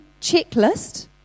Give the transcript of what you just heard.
checklist